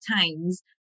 times